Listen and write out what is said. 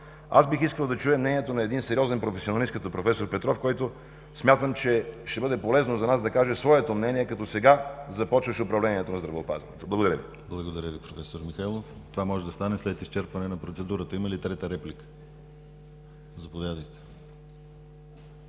бих искал да чуя мнението на сериозен професионалист като проф. Петров. Смятам, че ще бъде полезно за нас да каже своето мнение, като сега започващ управлението на здравеопазването. Благодаря Ви. ПРЕДСЕДАТЕЛ ДИМИТЪР ГЛАВЧЕВ: Благодаря Ви, проф. Михайлов. Това може да стане след изчерпване на процедурата. Има ли трета реплика? Заповядайте.